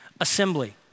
assembly